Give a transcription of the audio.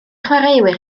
chwaraewyr